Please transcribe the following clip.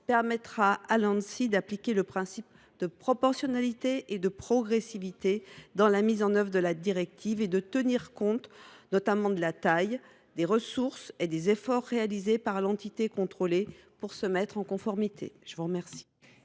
permettrait à l’Anssi d’appliquer le principe de proportionnalité et de progressivité dans la mise en œuvre de la directive, en tenant compte, notamment, de la taille, des ressources et des efforts réalisés par l’entité contrôlée pour se mettre en conformité. Quel